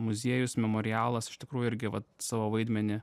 muziejus memorialas iš tikrųjų irgi vat savo vaidmenį